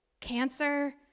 cancer